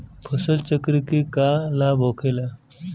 फसल चक्र से का लाभ होखेला?